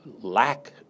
lack